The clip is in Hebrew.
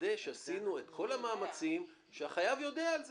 לוודא שעשינו את כל המאמצים שהחייב יודע את זה.